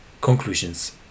Conclusions